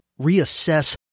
reassess